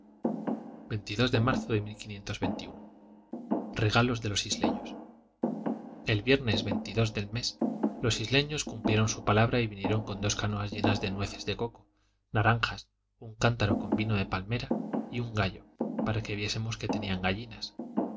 de marzo de regalos de los isleños el viernes del mes los isleños cumplieron su palabra y vinieron con dos canoas llenas de nueces de coco naranjas un cántaro con vino de palmera y un gallo para que viésemos que tenían gallinas